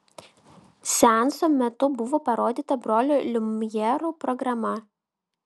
seanso metu buvo parodyta brolių liumjerų programa